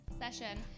session